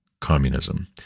communism